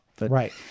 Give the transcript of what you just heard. Right